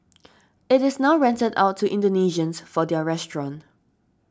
it is now rented out to Indonesians for their restaurant